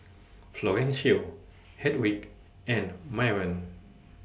Florencio Hedwig and Myron